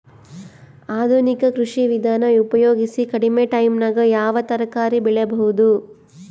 ಆಧುನಿಕ ಕೃಷಿ ವಿಧಾನ ಉಪಯೋಗಿಸಿ ಕಡಿಮ ಟೈಮನಾಗ ಯಾವ ತರಕಾರಿ ಬೆಳಿಬಹುದು?